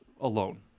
alone